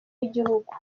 y’igihugu